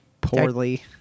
Poorly